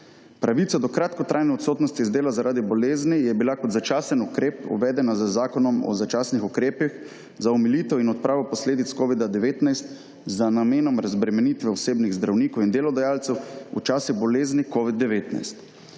Pravice do kratkotrajne odsotnosti z dela zaradi bolezni je bila kot začasen ukrep uvedena z Zakonom o začasnih ukrepih za omilitev in odpravo posledic Covida 19 z namenom razbremenitve osebnih zdravnikov in delodajalcev v času bolezni Covid 19.